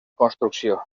construcció